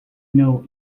know